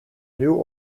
new